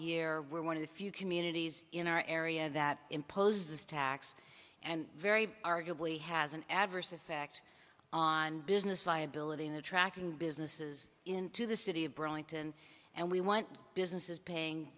year one of the few communities in our area that imposes tax and very arguably has an adverse effect on business viability in attracting businesses into the city of brunton and we want businesses paying